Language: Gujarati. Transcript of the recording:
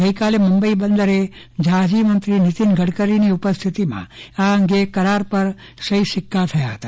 ગઈકાલે મુંબઈ બંદરે જહાંજમંત્રી નીતિન ગડકરીની ઉપસ્થિતિમાં આ અંગ્રે કરાક પર સહિસિકકા થયા હતા